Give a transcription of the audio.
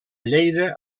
lleida